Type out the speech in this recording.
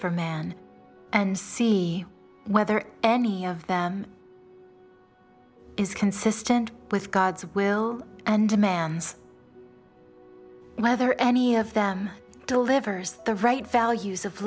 for man and see whether any of them is consistent with god's will and demands whether any of them delivers the right values of